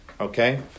okay